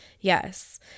Yes